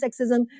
sexism